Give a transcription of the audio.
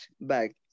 bag